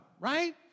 right